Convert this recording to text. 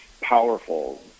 powerful